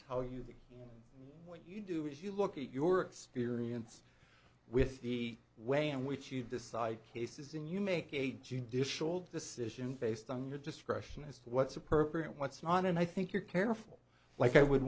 tell you that what you do is you look at your experience with the way in which you decide cases in you make a judicial decision based on your discretion as to what's appropriate what's not and i think you're careful like i would